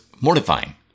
mortifying